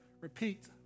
repeat